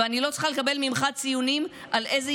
ואני לא צריכה לקבל ממך ציונים על איזו